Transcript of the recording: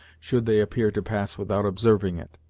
should they appear to pass without observing it.